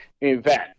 event